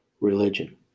religion